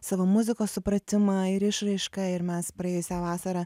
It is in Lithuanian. savo muzikos supratimą ir išraišką ir mes praėjusią vasarą